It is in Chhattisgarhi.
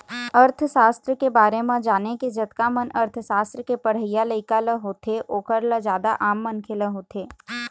अर्थसास्त्र के बारे म जाने के जतका मन अर्थशास्त्र के पढ़इया लइका ल होथे ओखर ल जादा आम मनखे ल होथे